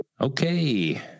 Okay